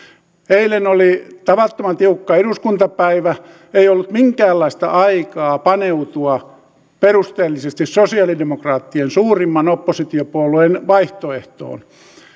eilen oli tavattoman tiukka eduskuntapäivä ei ollut minkäänlaista aikaa paneutua perusteellisesti sosialidemokraattien suurimman oppositiopuolueen vaihtoehtoon